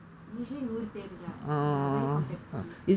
usually நூறு பேரு தான்:nooru peru thaan ya very competitive